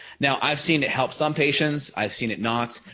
now i've seen it help some patients i've seen it not.